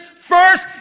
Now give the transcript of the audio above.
First